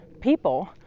people